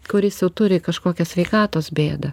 kuris jau turi kažkokią sveikatos bėdą